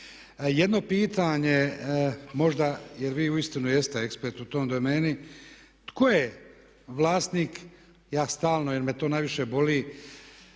Jedno pitanje možda, jer vi uistinu jeste ekspert u toj domeni, tko je vlasnik, ja stalno jer me to najviše boli